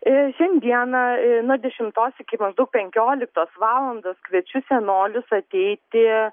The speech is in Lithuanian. šiandieną nuo dešimtos iki maždaug penkioliktos valandos kviečiu senolius ateiti